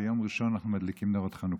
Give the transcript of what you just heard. ביום ראשון אנחנו מדליקים נרות חנוכה.